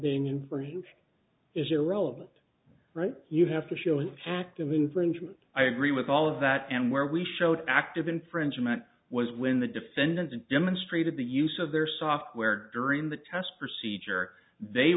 being in for him is irrelevant right you have to show an act of infringement i agree with all of that and where we showed active infringement was when the defendant demonstrated the use of their software during the test procedure they